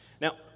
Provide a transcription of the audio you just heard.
Now